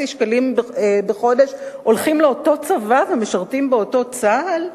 שקלים בחודש הולכים לאותו צבא ומשרתים באותו צה"ל,